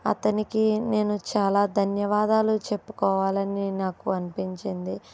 అతనికి నేను చాలా ధన్యవధాలు చెప్పుకోవాలని నాకు అనిపించింది